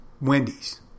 Wendy's